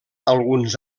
alguns